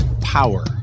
power